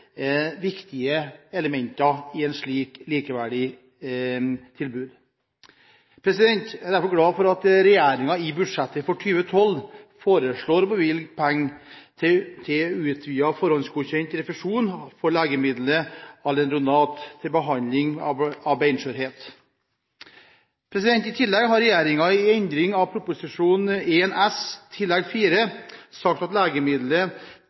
viktige elementer i et slikt likeverdig tilbud. Jeg er derfor glad for at regjeringen i budsjettet for 2012 foreslår å bevilge penger til utvidet forhåndsgodkjent refusjon for legemidlet alendronat til behandling av benskjørhet. I tillegg har regjeringen i en endring av Prop. 1 S Tillegg 4 sagt at